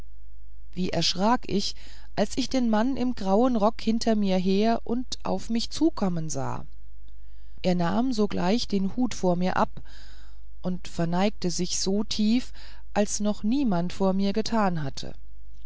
wie erschrak ich als ich den mann im grauen rock hinter mir her und auf mich zukommen sah er nahm sogleich den hut vor mir ab und verneigte sich so tief als noch niemand vor mir getan hatte